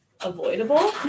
avoidable